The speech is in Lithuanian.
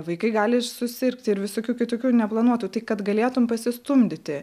vaikai gali ir susirgti ir visokių kitokių neplanuotų tai kad galėtum pasistumdyti